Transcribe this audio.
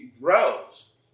grows